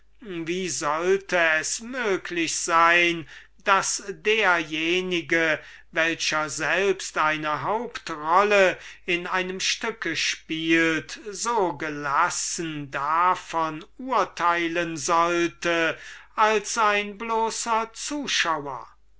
wie sollte es möglich sein daß derjenige welcher selbst eine haupt rolle in einem stücke spielt so gelassen davon urteilen sollte als ein bloßer zuschauer